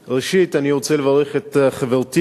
ראשית, אני רוצה לברך את חברתי